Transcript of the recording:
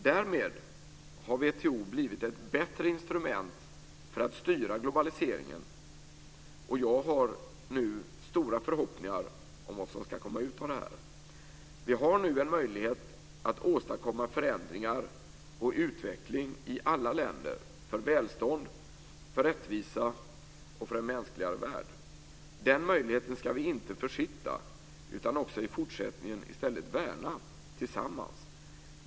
Därmed har WTO blivit ett bättre instrument för att styra globaliseringen, och jag har nu stora förhoppningar om vad som ska komma ut av detta. Vi har nu en möjlighet att åstadkomma förändringar och utveckling i alla länder för välstånd, för rättvisa och för en mänskligare värld. Den möjligheten ska vi inte försitta utan i stället värna tillsammans i fortsättningen.